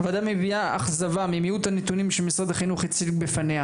הוועדה מביעה אכזבה ממיעוט הנתונים שמשרד החינוך הציג בפניה.